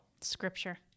Scripture